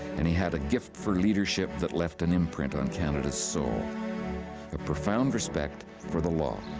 and he had a gift for leadership that left an imprint on canada's soul a profound respect for the law.